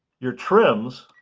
your trims,